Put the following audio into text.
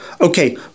Okay